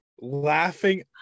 laughing